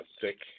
thick